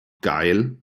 geil